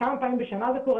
כמה פעמים בשנה זה קורה,